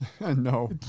No